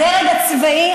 הדרג הצבאי,